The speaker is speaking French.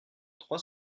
trois